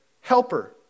helper